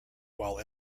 while